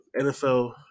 NFL